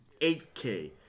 8K